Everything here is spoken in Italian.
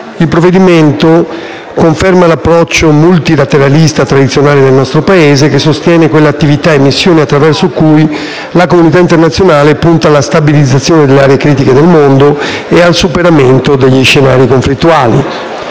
Il provvedimento conferma l'approccio multilateralista tradizionale del nostro Paese, che sostiene quelle attività e missioni attraverso cui la comunità internazionale punta alla stabilizzazione delle aree critiche del mondo ed al superamento degli scenari conflittuali.